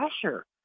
pressure